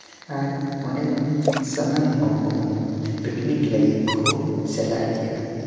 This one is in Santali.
ᱟᱨ ᱚᱸᱰᱮ ᱫᱚ ᱥᱟᱱᱟᱢ ᱦᱚᱲ ᱠᱚᱦᱚᱸ ᱯᱤᱠᱱᱤᱠ ᱞᱟᱹᱜᱤᱫ ᱠᱚ ᱪᱟᱞᱟᱜ ᱜᱮᱭᱟ